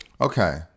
Okay